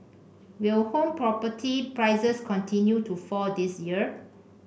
will home property prices continue to fall this year